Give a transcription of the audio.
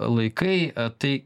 laikai tai